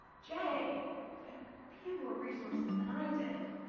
jay had fewer resources than i did.